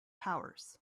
powers